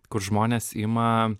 kur žmonės ima